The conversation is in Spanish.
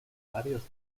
varios